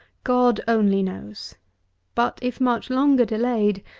god only knows but, if much longer delayed,